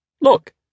Look